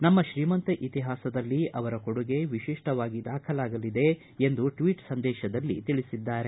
ನಮ್ಮ ಶ್ರೀಮಂತ ಇತಿಹಾಸದಲ್ಲಿ ಅವರ ಕೊಡುಗೆ ವಿಶಿಷ್ಟವಾಗಿ ದಾಖಲಾಗಲಿದೆ ಎಂದು ಟ್ವೀಟ್ ಸಂದೇಶದಲ್ಲಿ ತಿಳಿಸಿದ್ದಾರೆ